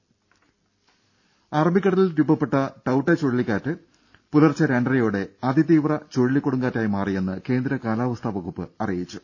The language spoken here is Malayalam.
ദേദ അറബിക്കടലിൽ രൂപപ്പെട്ട ടൌട്ടേ ചുഴലിക്കാറ്റ് പുലർച്ചെ രണ്ടരയോടെ അതിതീവ്ര ചുഴലിക്കൊടുങ്കാറ്റായി മാറിയെന്ന് കേന്ദ്ര കാലാവസ്ഥാ വകുപ്പ് അറിയിച്ചു